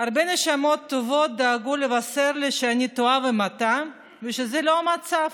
הרבה נשמות טובות דאגו לבשר לי שאני טועה ומטעה ושזה לא המצב.